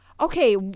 Okay